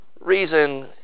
reason